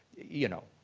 you know,